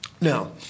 now